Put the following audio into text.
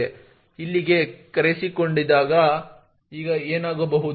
malloc ಇಲ್ಲಿಗೆ ಕರೆಸಿಕೊಂಡಾಗ ಈಗ ಏನಾಗಬಹುದು